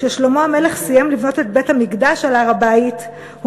כששלמה המלך סיים לבנות את בית-המקדש על הר-הבית הוא